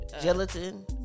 gelatin